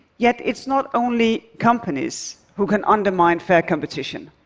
yet it's not only companies who can undermine fair competition.